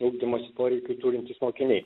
ugdymosi poreikių turintys mokiniai